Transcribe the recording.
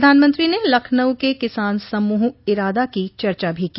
प्रधानमंत्री ने लखनऊ के किसान समूह इरादा की चर्चा भी की